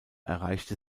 erreichte